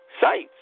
sites